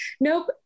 nope